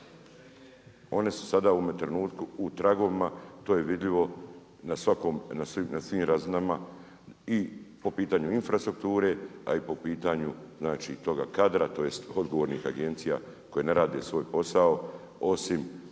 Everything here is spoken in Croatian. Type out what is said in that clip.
One su sada u ovom trenutku u tragovima, to je vidljivo na svim razinama i po pitanju infrastrukture a i po pitanju znači toga kadra, tj., odgovornih agencija koje ne rade svoj posao, osim